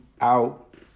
out